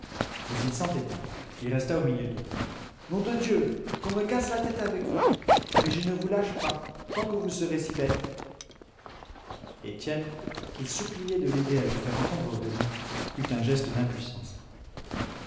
mais il s'entêta il resta au milieu d'eux nom de dieu qu'on me casse la tête avec vous mais je ne vous lâche pas tant que vous serez si bêtes étienne qu'il suppliait de l'aider à leur faire entendre raison eut un geste d'impuissance